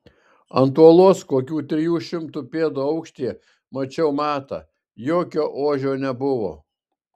ant uolos kokių trijų šimtų pėdų aukštyje mačiau matą jokio ožio nebuvo